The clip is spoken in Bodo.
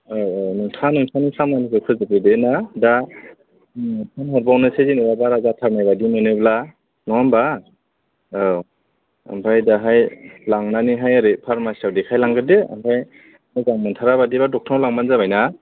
औ औ नोंथाङा नोंथांनि खामानिखौ फोजोबग्रोदो ना दा फन हरबावनोसै जेनबा बारा जाथारनाय बायदि मोनोब्ला नङा होम्बा औ ओमफ्राय दाहाय लांनानैहाय ओरै फारमासियाव देखायलांग्रोदो ओमफ्राय मोजां मोनथारा बायदिब्ला डक्टरनाव लांबानो जाबाय ना